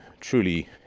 truly